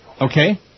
Okay